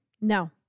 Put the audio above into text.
No